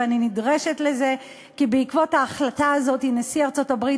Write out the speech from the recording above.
ואני נדרשת לזה כי בעקבות ההחלטה הזאת נשיא ארצות-הברית